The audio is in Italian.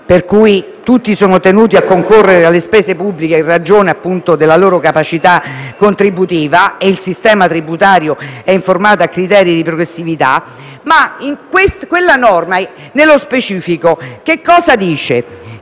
cui tutti sono tenuti a concorrere alle spese pubbliche in ragione della loro capacità contributiva e il sistema tributario è informato a criteri di progressività. Quella norma, nello specifico, intanto